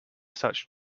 such